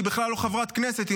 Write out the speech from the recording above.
שהיא בכלל לא חברת כנסת,